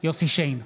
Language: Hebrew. יוסף שיין,